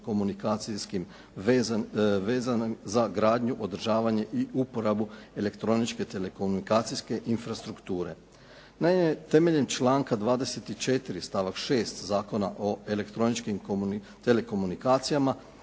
komunikacijskim vezanim za gradnju, održavanje i uporabu elektroničke telekomunikacijske infrastrukture. Naime temeljem članka 24. stavak 6. Zakona o elektroničkim telekomunikacijama